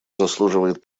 заслуживает